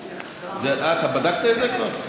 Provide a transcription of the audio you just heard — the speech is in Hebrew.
אה, בדקת את זה כבר?